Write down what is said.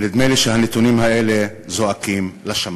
ונדמה לי שהנתונים האלה זועקים לשמים.